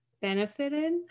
benefited